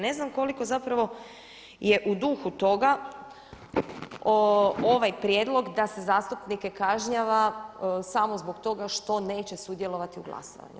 Ne znam koliko zapravo je u duhu toga ovaj prijedlog da se zastupnike kažnjava samo zbog toga što neće sudjelovati u glasovanju.